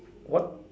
what